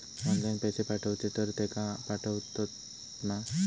Online पैसे पाठवचे तर तेका पावतत मा?